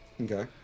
Okay